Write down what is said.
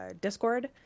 Discord